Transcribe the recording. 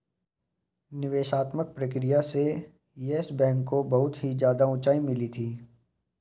निवेशात्मक प्रक्रिया से येस बैंक को बहुत ही ज्यादा उंचाई मिली थी